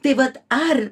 tai vat ar